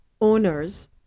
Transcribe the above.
owners